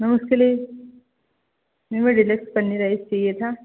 ma'am उसके लिए ma'am मुझे डीलक्स पन्नी राइस चाहिए था